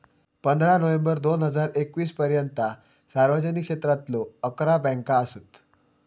पंधरा नोव्हेंबर दोन हजार एकवीस पर्यंता सार्वजनिक क्षेत्रातलो अकरा बँका असत